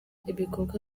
ibikorwa